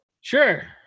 Sure